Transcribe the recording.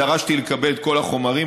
דרשתי לקבל את כל החומרים,